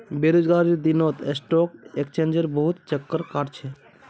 बेरोजगारीर दिनत स्टॉक एक्सचेंजेर बहुत चक्कर काट छ